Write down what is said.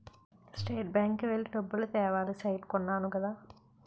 state Bank కి వెళ్లి డబ్బులు తేవాలి సైట్ కొన్నాను కదా